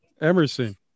Emerson